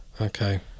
Okay